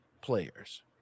players